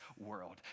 world